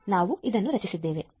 log" ನಾವು ಇದನ್ನು ರಚಿಸಿದ್ದೇವೆ